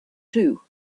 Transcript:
too